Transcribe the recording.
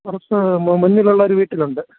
പുറത്ത് മുന്നിലുള്ള ഒരു വീട്ടിലുണ്ട്